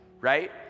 right